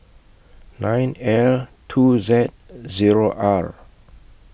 nine L two Z O R